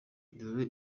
dore